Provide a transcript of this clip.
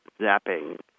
zapping